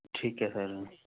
ਠੀਕ ਐ ਸਰ